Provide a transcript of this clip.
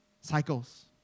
cycles